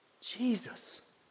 Jesus